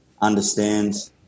understand